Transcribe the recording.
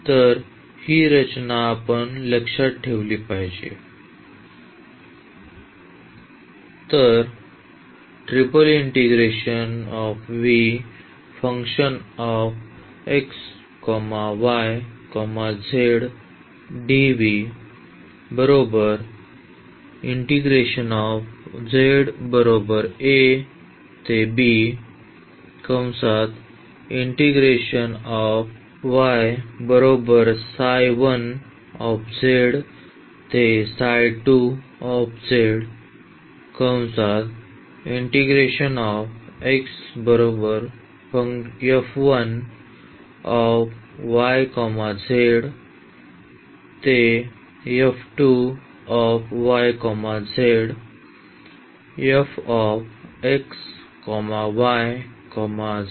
तर ही रचना आपण लक्षात ठेवली पाहिजे